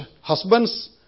husbands